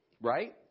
Right